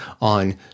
on